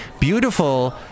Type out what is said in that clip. Beautiful